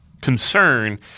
concern